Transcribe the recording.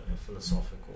philosophical